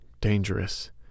Dangerous